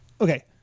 okay